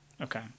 Okay